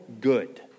good